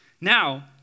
Now